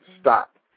stop